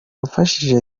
wafashije